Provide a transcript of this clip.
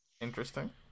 Interesting